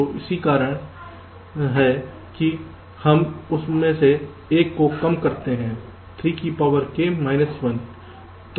तो यही कारण है कि हम उस में से एक को कम करते हैं 3k 1